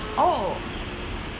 oh